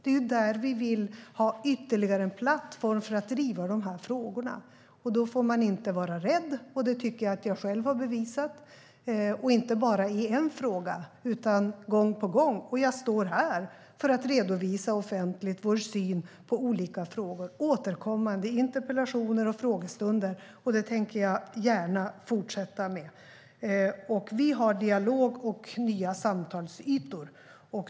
Det är i säkerhetsrådet vi vill ha ytterligare en plattform för att driva dessa frågor. Då får man inte vara rädd, och det tycker jag att jag själv har bevisat. Det handlar då inte bara om en fråga, utan gång på gång. Jag står också återkommande här för att offentligt redovisa vår syn på olika frågor i interpellationsdebatter och frågestunder. Det vill jag gärna fortsätta med, och det tänker jag också göra. Vi för dialog, och vi har nya samtalsytor.